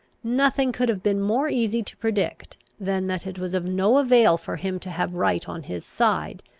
nothing could have been more easy to predict, than that it was of no avail for him to have right on his side,